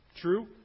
True